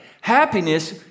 happiness